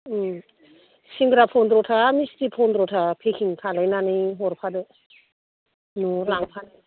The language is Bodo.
उम सिंग्रा फन्द्रथा मिस्थि फन्द्रथा फेकिं खालायनानै हरफादो नआव लांफानो